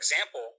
example